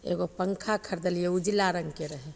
एगो पन्खा खरिदलिए उजला रङ्गके रहै